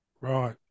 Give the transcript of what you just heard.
Right